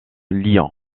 lion